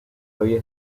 había